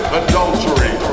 adultery